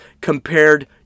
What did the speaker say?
compared